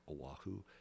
Oahu